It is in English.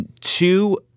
two